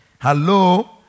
Hello